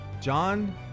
John